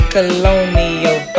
Colonial